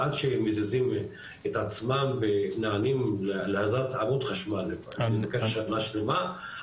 עד שמזיזים את עצמם ונענים להזזת עמוד חשמל שלוקח שנה שלמה,